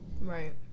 Right